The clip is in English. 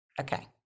Okay